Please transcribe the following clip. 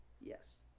yes